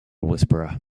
whisperer